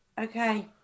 Okay